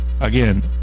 again